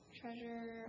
treasure